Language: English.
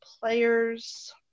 players –